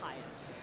highest